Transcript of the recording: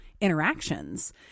interactions